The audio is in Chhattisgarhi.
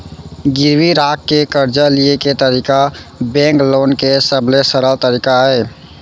गिरवी राख के करजा लिये के तरीका बेंक लोन के सबले सरल तरीका अय